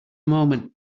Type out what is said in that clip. moment